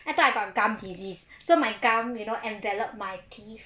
I thought I got gum disease so my gum you know enveloped my teeth